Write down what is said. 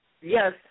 Yes